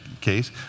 case